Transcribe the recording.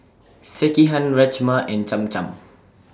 Sekihan Rajma and Cham Cham